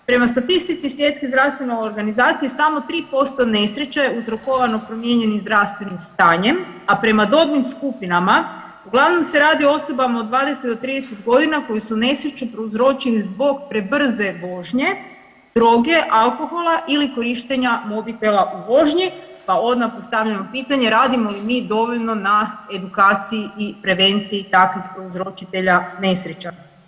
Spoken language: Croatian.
Prema statistici Svjetske zdravstvene organizacije samo 3% nesreće je uzrokovano promijenjenim zdravstvenim stanjem, a prema dobnim skupinama uglavnom se radi o osobama od 20 do 30.g. koji su nesreću prouzročili zbog prebrze vožnje, droge, alkohola ili korištenja mobitela u vožnji, pa odmah postavljam pitanje radimo li mi dovoljno na edukaciji i prevenciji takvih prouzročitelja nesreća?